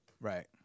Right